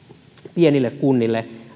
pienille kunnille